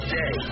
day